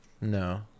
No